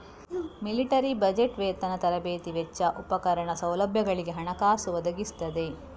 military budget ವೇತನ, ತರಬೇತಿ ವೆಚ್ಚ, ಉಪಕರಣ, ಸೌಲಭ್ಯಗಳಿಗೆ ಹಣಕಾಸು ಒದಗಿಸ್ತದೆ